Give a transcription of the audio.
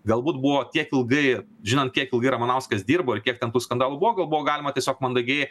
galbūt buvo tiek ilgai žinant kiek ilgai ramanauskas dirbo ir kiek ten tų skandalų buvo gal buvo galima tiesiog mandagiai